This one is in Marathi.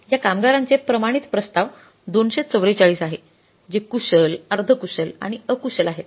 या कामगारांचे प्रमाणित प्रस्ताव 244 आहे जे कुशल अर्धकुशल आणि अकुशल आहेत